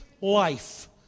life